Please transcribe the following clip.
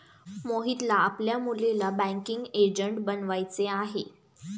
मोहितला आपल्या मुलीला बँकिंग एजंट बनवायचे आहे